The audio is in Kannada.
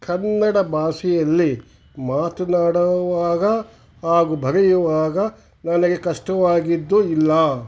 ಕನ್ನಡ ಭಾಷೆಯಲ್ಲಿ ಮಾತನಾಡೋವಾಗ ಹಾಗೂ ಬರೆಯುವಾಗ ನನಗೆ ಕಷ್ಟವಾಗಿದ್ದು ಇಲ್ಲ